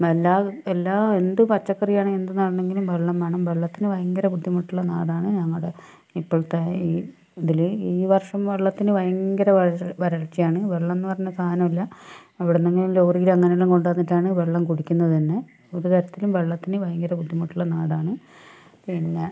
എല്ലാ എല്ലാ എന്ത് പച്ചക്കറിയാണെങ്കിലും എന്ത് നടണങ്കിലും വെള്ളം വേണം വെള്ളത്തിന് ഭയങ്കര ബുദ്ധിമുട്ടുള്ള നാടാണ് ഞങ്ങടെ ഇപ്പഴത്തെ ഈ ഇതില് ഈ വർഷം വെള്ളത്തിന് ഭയങ്കര വരൾ വരൾച്ചയാണ് വെള്ളോന്ന് പറഞ്ഞ സാധനം ഇല്ല അവിടുന്നെങ്ങാനും ലോറീല് അങ്ങനെല്ലാം കൊണ്ടന്നിട്ടാണ് വെള്ളം കുടിക്കുന്നതുതന്നെ ഒരു തരത്തിലും വെള്ളത്തിന് ഭയങ്കര ബുദ്ധിമുട്ടുള്ള നാടാണ് പിന്നെ